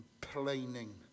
Complaining